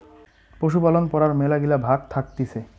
পশুপালন পড়ার মেলাগিলা ভাগ্ থাকতিছে